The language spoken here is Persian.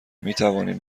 میتوانیم